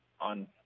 on